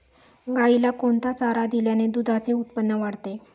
गाईला कोणता चारा दिल्याने दुधाचे उत्पन्न वाढते?